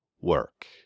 work